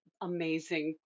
amazing